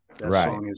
Right